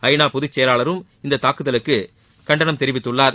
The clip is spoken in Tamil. ஐ நா பொதுச்செயலாளரும் இந்த தாக்குதலுக்குபெகண்டனம் தெரிவித்துள்ளார்